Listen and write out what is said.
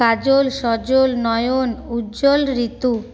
কাজল সজল নয়ন উজ্জ্বল ঋতু